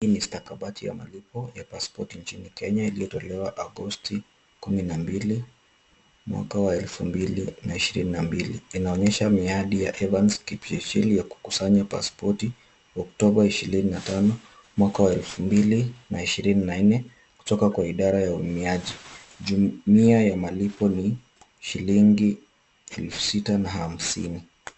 Hii ni stakabadhi ya malipo ya pasipoti nchini Kenya iliyotolewa Agosti kumi na mbili mwaka wa elfu mbili na ishirini na mbili. Inaonyesha miadi ya Evans Kipyechili ya kukusanya pasipoti Oktoba ishirini na tano mwaka wa elfu mbili na ishirini na nne, kutoka kwa idara ya uhamiaji. Jumuia ya malipo ni shilingi elfu sita na hamsini.